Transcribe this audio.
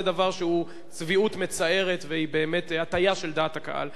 זה דבר שהוא צביעות מצערת וזו באמת הטיה של דעת הקהל.